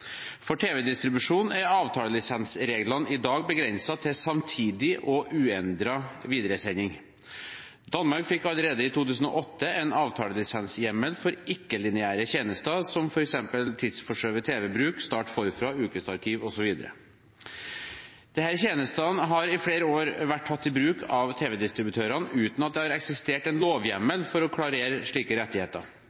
For tv-distribusjon er avtalelisensreglene i dag begrenset til samtidig og uendret videresending. Danmark fikk allerede i 2008 en avtalelisenshjemmel for ikke-lineære tjenester, som f.eks. tidsforskjøvet tv-bruk, Start forfra, Ukesarkiv osv. Disse tjenestene har i flere år vært tatt i bruk av tv-distributørene uten at det har eksistert en lovhjemmel for å klarere slike rettigheter.